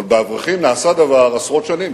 אבל באברכים נעשה דבר עשרות שנים.